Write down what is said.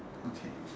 okay